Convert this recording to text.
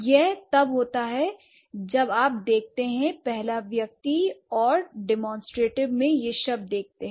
यह तब होता है जब आप देखते हैं पहले व्यक्ति पर और डेमोंस्ट्रेटिव्स में ये शब्द देखते हैं